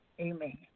amen